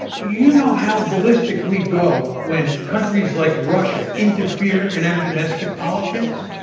you know how ballistic we go when countries like russia interfere in our domestic politics?